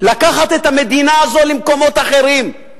לקחת את המדינה הזאת למקומות אחרים.